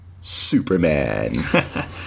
Superman